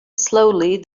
slowly